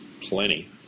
plenty